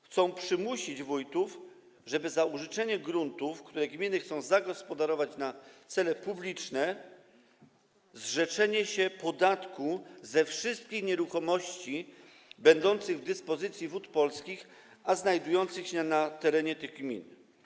Chcą przymusić wójtów, żeby za użyczenie gruntów, które gminy chcą zagospodarować na cele publiczne, zrzekli się podatku ze wszystkich nieruchomości będących w dyspozycji Wód Polskich i znajdujących się na terenie tych gmin.